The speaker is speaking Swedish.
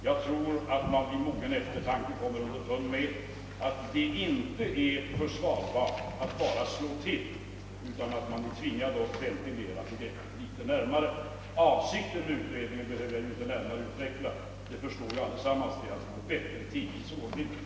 Jag tror att man vid mogen eftertanke kommer underfund med att det inte är försvarbart att bara slå till utan att man är tvingad att ventilera begreppet ingående. Avsikten med utredningen behöver jag inte närmare utveckla — alla förstår att den är att få en bättre tingens ordning.